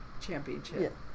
championship